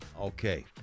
Okay